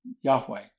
Yahweh